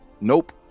Nope